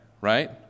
right